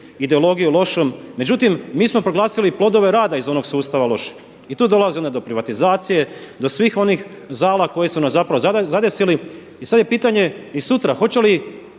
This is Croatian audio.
ideologiju lošom. Međutim, mi smo proglasili i plodove rad onog sustava lošim. I tu dolazi onda do privatizacije, do svih onih zala koji su nas zapravo zadesili. I sad je pitanje i sutra hoće li,